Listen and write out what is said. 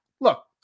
look